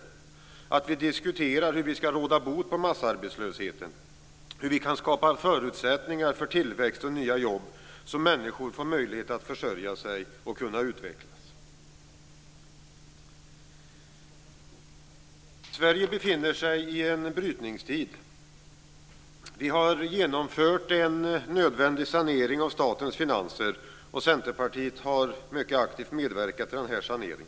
Det är intressantare att diskutera hur vi skall råda bot på massarbetslösheten och hur vi skall skapa förutsättningar för tillväxt och nya jobb så att människor får möjlighet att försörja sig och utvecklas. Sverige befinner sig i en brytningstid. Vi har genomfört en nödvändig sanering av statens finanser. Centerpartiet har mycket aktivt medverkat i denna sanering.